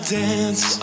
dance